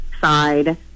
side